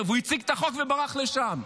הוא הציג את החוק וברח לשם.